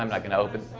um like can open